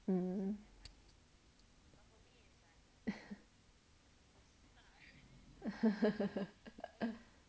hmm